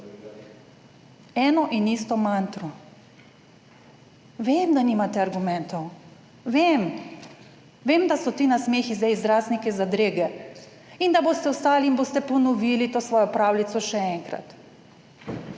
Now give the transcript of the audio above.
Eno in isto mantro. Vem, da nimate argumentov. Vem. Vem, da so ti nasmehi zdaj izraz neke zadrege in da boste ostali in boste ponovili to svojo pravljico še enkrat.